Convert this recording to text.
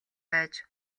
байж